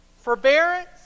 forbearance